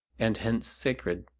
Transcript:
and hence sacred.